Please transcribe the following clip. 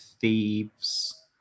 thieves